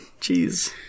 Jeez